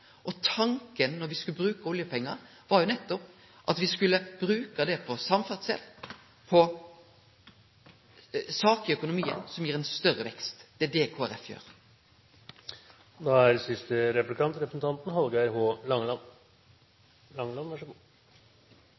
tanken – når me skulle bruke oljepengar – nettopp at me skulle bruke dette på samferdsel, på saker i økonomien som gir ein større vekst. Det er det Kristeleg Folkeparti gjer. Eg vil takka vår utmerkte leiar for eit godt innlegg. Han viste seg òg å vera ein god